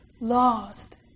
lost